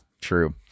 true